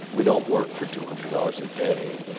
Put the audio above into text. we don't work for two hundred dollars a day.